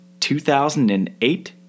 2008